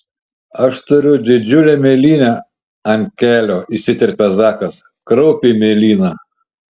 aš turiu didžiulę mėlynę ant kelio įsiterpia zakas kraupiai mėlyna